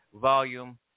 volume